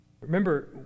Remember